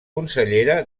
consellera